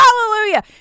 Hallelujah